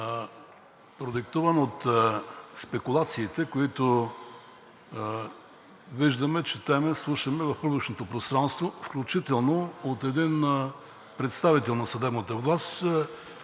продиктуван от спекулациите, които виждаме, четем, слушаме в публичното пространство, включително от един представител на съдебната власт,